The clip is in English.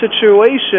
situation